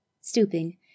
Stooping